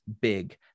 big